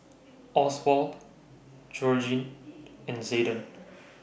Oswald Georgene and Zaiden